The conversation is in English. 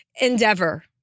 endeavor